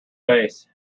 face